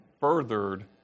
furthered